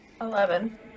Eleven